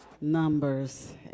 Numbers